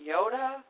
Yoda